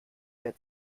mehr